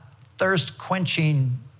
thirst-quenching